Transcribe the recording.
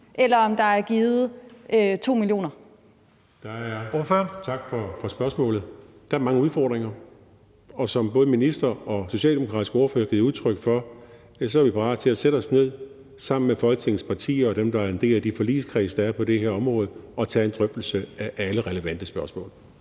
Jensen): Ordføreren. Kl. 15:29 Lars Christian Lilleholt (V): Tak for spørgsmålet. Der er mange udfordringer, og som både ministeren og den socialdemokratiske ordfører har givet udtryk for, er vi parate til at sætte os ned sammen med Folketingets partier og dem, der er en del af de forligskredse, der er på det her område, og tage en drøftelse af alle relevante spørgsmål.